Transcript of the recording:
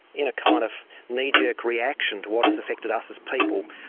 in a kind of knee-jerk reaction to what has affected us as people,